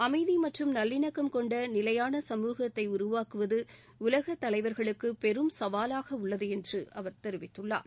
அமைதி மற்றும் நவ்விணக்கம் கொண்ட நிலையாள சமூகத்தை உருவாக்குவது உலக தலைவர்களுக்கு பெரும் சவாலாக உள்ளது என்று அவர் தெரிவித்துள்ளார்